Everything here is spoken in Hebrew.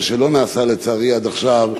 מה שלא נעשה לצערי עד עכשיו,